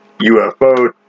UFO